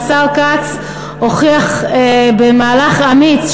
והשר כץ הוכיח במהלך אמיץ,